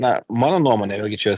na mano nuomone vėlgi čia